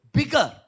bigger